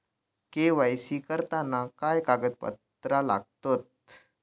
KYC करताना काय कागदपत्रा लागतत?